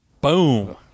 Boom